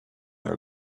are